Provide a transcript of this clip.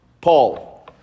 Paul